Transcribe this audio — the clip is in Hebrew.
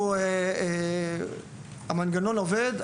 המנגנון עובד,